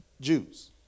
Jews